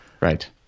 right